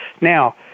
Now